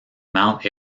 mount